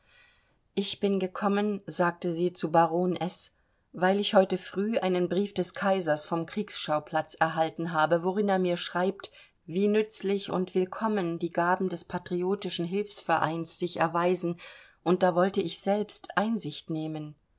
ich bin gekommen sagte sie zu baron s weil ich heute früh einen brief des kaisers vom kriegsschauplatz erhalten habe worin er mir schreibt wie nützlich und willkommen die gaben des patriotischen hilfsvereins sich erweisen und da wollte ich selbst einsicht nehmen